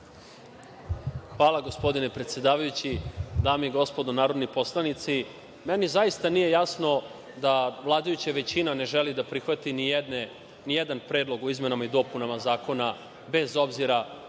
Hvala gospodine predsedavajući. Dame i gospodo narodni poslanici, meni zaista nije jasno da vladajuća većina ne želi da prihvati nijedan predlog o izmenama i dopunama zakona bez obzira